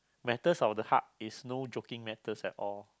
matters of the heart is no joking matter at all